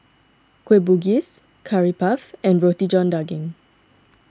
Kueh Bugis Curry Puff and Roti John Daging